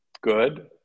Good